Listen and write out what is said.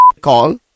call